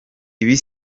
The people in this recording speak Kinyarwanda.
ibi